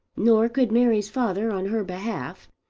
nor could mary's father on her behalf,